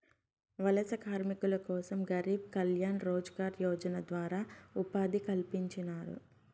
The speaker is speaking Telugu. వలస కార్మికుల కోసం గరీబ్ కళ్యాణ్ రోజ్గార్ యోజన ద్వారా ఉపాధి కల్పించినారు